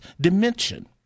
dimension